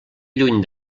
lluny